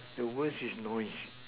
the worst is noise